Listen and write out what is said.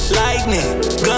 lightning